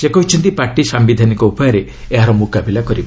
ସେ କହିଛନ୍ତି ପାର୍ଟି ସାୟିଧାନିକ ଉପାୟରେ ଏହାର ମୁକାବିଲା କରିବ